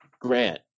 Grant